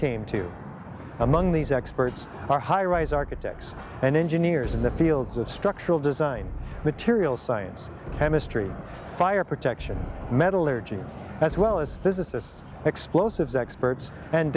came to among these experts are highrise architects and engineers in the fields of structural design materials science chemistry fire protection metallurgy as well as physicists explosives experts and